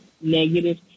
negative